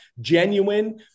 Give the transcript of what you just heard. genuine